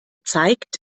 zeigt